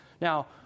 Now